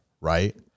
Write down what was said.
right